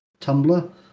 Tumblr